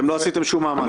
אתם לא עשיתם שום מאמץ.